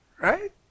Right